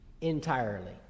entirely